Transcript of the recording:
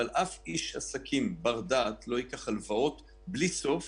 אבל אף איש עסקים בר דעת לא ייקח הלוואות בלי סוף